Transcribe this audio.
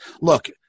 look